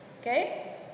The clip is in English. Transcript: okay